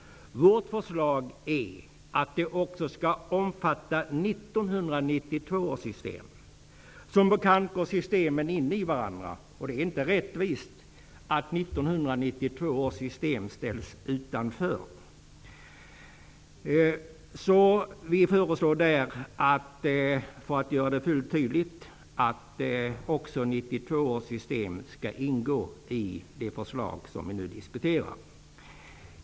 Vårt förslag är att det också skall omfatta 1992 års system. Systemen går som bekant in i varandra. Det är inte rättvist att 1992 års system ställs utanför. För att göra det fullt tydligt föreslår vi att också 1992 års system skall ingå i det förslag som vi nu diskuterar.